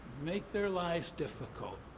make their lives difficult.